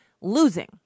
losing